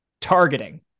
targeting